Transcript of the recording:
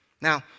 Now